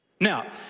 Now